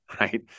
right